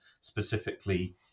specifically